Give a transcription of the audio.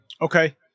Okay